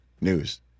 News